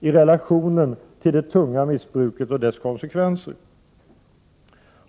i relation till det tunga missbruket och dess konsekvenser.